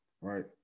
right